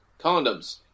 Condoms